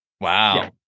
wow